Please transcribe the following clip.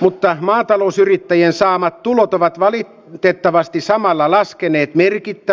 mutta maatalousyrittäjien saamat tulot ovat välit tiettävästi samalla laskeneet merkitä